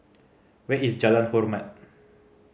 where is Jalan Hormat